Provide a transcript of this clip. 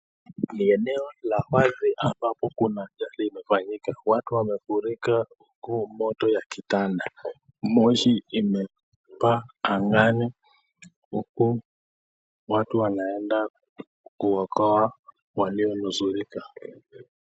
Ni eneo la wazi ambapo kuna ajali imefanyika. Watu wamefurika huku moto ya kitanda. Moshi imetapakaa angani huku watu wanaenda kuwaokoa walionusurika.